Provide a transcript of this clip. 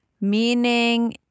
Meaning